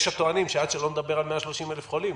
יש הטוענים שעד שלא נדבר על 130,000 חולים,